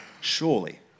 Surely